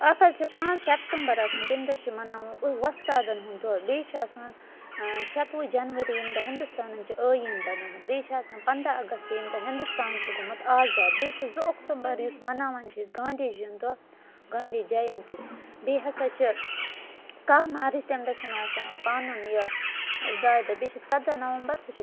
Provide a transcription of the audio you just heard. اَتھ حظ چھِ پانٛژھ سیٚپٹَمبَر آسان تَمہِ دۄہ چھِ مَناوُن أہ وۄستادَن ہُنٛد دۄہ بیٚیہِ چھِ آسان شَتوُہ جَنؤری ییٚمہِ دۄہ ہِندُستانَن چھِ ٲییٖن بَنومُت بیٚیہِ چھِ آسان پنٛداہ اَگستہٕ ییٚمہِ دۄہ ہِندُستان چھُ گوٚمُت آزاد بیٚیہِ چھُ زٕ اکتوٗمبَر یُس مَناوان چھِ أسۍ گاندھی جی یُن دۄہ گاندھی جیَنتی بیٚیہِ ہَسا چھِ کَہہ مارٕچ تَمہِ دۄہ چھِ مےٚ آسان پَنُن یہِ زاے دۄہ بیٚیہِ چھِ ژۄداہ نَوَمبَر سُہ چھِ